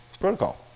protocol